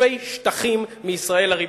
חילופי שטחים מישראל הריבונית.